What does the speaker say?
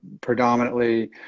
predominantly